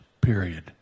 period